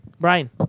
Brian